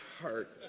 heart